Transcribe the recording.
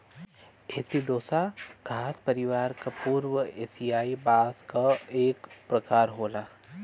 एसिडोसा घास परिवार क पूर्वी एसियाई बांस क एक प्रकार होला